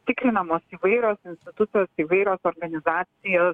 tikrinamos įvairios institucijos įvairios organizacijos